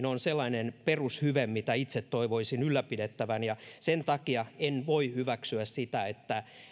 on sellainen perushyve mitä itse toivoisin ylläpidettävän sen takia en voi hyväksyä sitä että